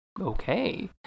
Okay